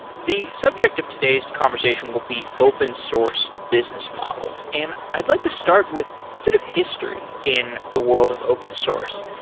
the subject of today's conversation will be open source business models, and i'd like to start with a bit of history in the world of open source.